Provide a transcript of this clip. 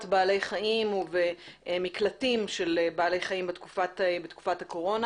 בעלי חיים ובמקלטים של בעלי חיים בתקופת הקורונה.